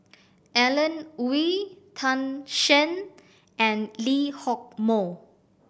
Alan Oei Tan Shen and Lee Hock Moh